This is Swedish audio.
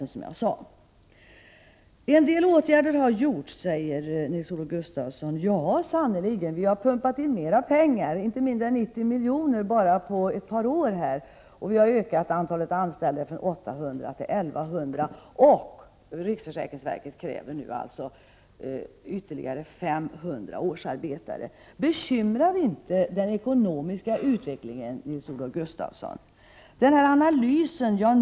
Nils-Olof Gustafsson säger att en del åtgärder har vidtagits. Ja, sannerligen. Man har pumpat in mer pengar, inte mindre än 90 miljoner på bara ett par år, och antalet anställda har ökat från 800 till 1 100. Och nu kräver riksförsäkringsverket ytterligare 500 årsarbetare. Bekymrar inte den ekonomiska utvecklingen Nils-Olof Gustafsson? Beträffande den här analysen vill jag säga följande.